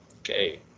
okay